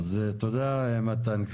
אז תודה מתן.